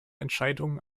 entscheidungen